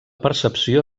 percepció